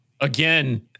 again